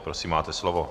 Prosím, máte slovo.